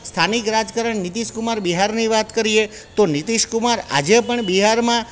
સ્થાનિક રાજકારણ નીતિશ કુમાર બિહારની વાત કરીએ તો નીતિશ કુમાર આજે પણ બિહારમાં